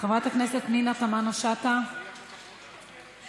חברת הכנסת פנינה תמנו-שטה, בבקשה.